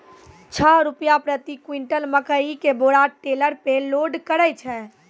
छह रु प्रति क्विंटल मकई के बोरा टेलर पे लोड करे छैय?